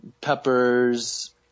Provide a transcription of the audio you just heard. peppers